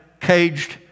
caged